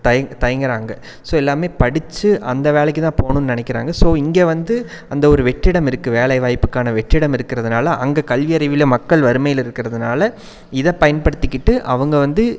தய் தயங்குகிறாங்க ஸோ எல்லாமே படிச்சு அந்த வேலைக்குதான் போகணுன்னு நினைக்குறாங்க ஸோ இங்கே வந்து அந்தவொரு வெற்றிடம் இருக்குது வேலை வாய்ப்புக்கான வெற்றிடம் இருக்கிறதுனால அங்கே கல்வியறிவில் மக்கள் வறுமையில இருக்கிறதுனால இதை பயன்படுத்திக்கிட்டு அவங்க வந்து